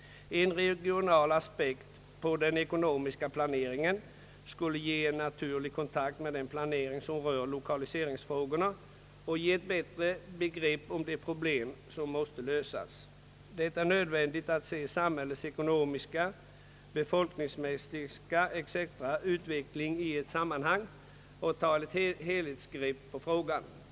En regional aspekt på den ekonomiska planeringen skulle ge en naturlig kontakt med den planering som rör l1okaliseringsfrågorna och ge ett bättre begrepp om de problem som måste lösas. Det är nödvändigt att se samhällets ekonomiska, befolkningsmässiga och övriga utveckling i ett sammanhang och ta ett helhetsgrepp på frågan.